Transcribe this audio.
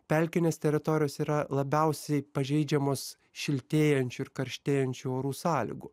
pelkinės teritorijos yra labiausiai pažeidžiamos šiltėjančių ir karštėjančių orų sąlygų